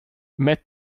met